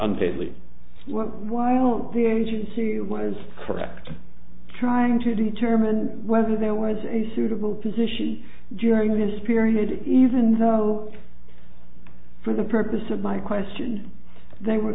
least while the agency was correct trying to determine whether there was a suitable position during this period even though for the purpose of my question they were